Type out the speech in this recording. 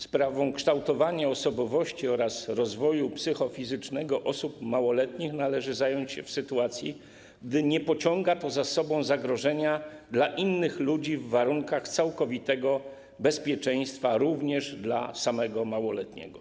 Sprawami kształtowania osobowości oraz rozwoju psychofizycznego osób małoletnich należy zająć się w sytuacji, gdy nie pociąga to za sobą zagrożenia dla innych ludzi, w warunkach całkowitego bezpieczeństwa również dla samego małoletniego.